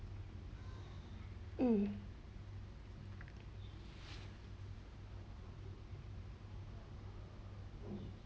hmm